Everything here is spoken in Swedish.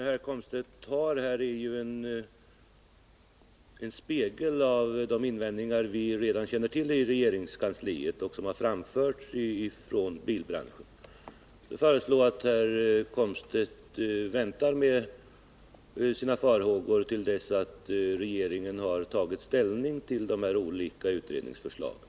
Herr talman! De invändningar som herr Komstedt framförde här är en upprepning av det som vi redan känner till inom regeringskansliet och som har redovisats av bilbranschen. Jag föreslår att herr Komstedt avvaktar regeringens ställningstagande i samband med de olika utredningsförslagen.